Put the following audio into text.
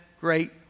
great